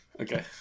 okay